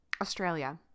Australia